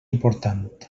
important